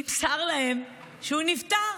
נמסר להם שהוא נפטר.